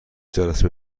جلسه